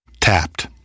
Tapped